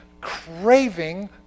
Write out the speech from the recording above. craving